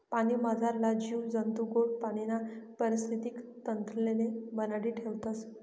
पाणीमझारला जीव जंतू गोड पाणीना परिस्थितीक तंत्रले बनाडी ठेवतस